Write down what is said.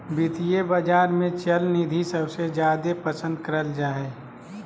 वित्तीय बाजार मे चल निधि सबसे जादे पसन्द करल जा हय